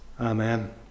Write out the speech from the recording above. Amen